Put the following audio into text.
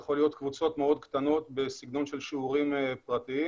יכולות להיות קבוצות מאוד קטנות בסגנון של שיעורים פרטיים.